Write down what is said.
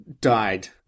died